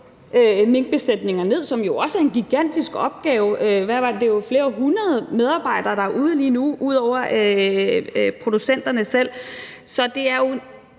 minkbesætninger ned, hvilket også er en gigantisk opgave. Det omfatter jo flere hundrede medarbejdere, der er ude lige nu, ud over producenterne selv. Så det er jo